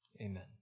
Amen